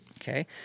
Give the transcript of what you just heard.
okay